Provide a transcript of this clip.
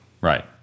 Right